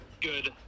good